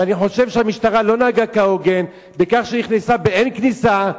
ואני חושב שהמשטרה לא נהגה כהוגן בכך שהיא נכנסה ב"אין כניסה",